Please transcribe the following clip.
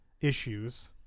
Issues